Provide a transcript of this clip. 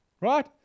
Right